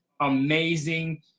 amazing